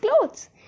clothes